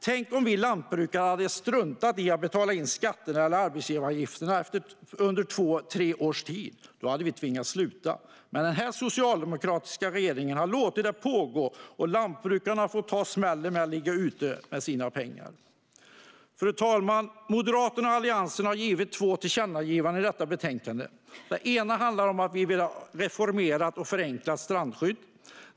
Tänk om vi lantbrukare hade struntat i att betala in skatterna eller arbetsgivaravgifterna under två tre års tid. Då hade vi tvingats sluta. Men denna socialdemokratiska regering har låtit detta pågå, och lantbrukarna har fått ta smällen med att ligga ute med sina pengar. Fru talman! Moderaterna och Alliansen har gjort två tillkännagivanden i detta betänkande. Det ena handlar om att vi vill ha ett reformerat och förenklat strandskydd.